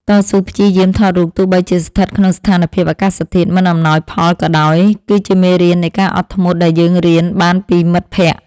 តស៊ូព្យាយាមថតរូបទោះបីជាស្ថិតក្នុងស្ថានភាពអាកាសធាតុមិនអំណោយផលក៏ដោយគឺជាមេរៀននៃការអត់ធ្មត់ដែលយើងរៀនបានពីមិត្តភក្តិ។